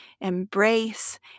embrace